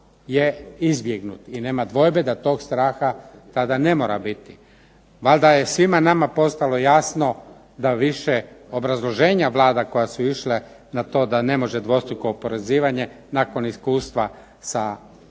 je izbjegnut i nema dvojbe da tog straha tada ne mora biti. Valjda je svima nama postalo jasno da više obrazloženja Vlada koja su išla na to da ne može dvostruko oporezivanje nakon iskustva sa ja